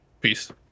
Peace